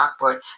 chalkboard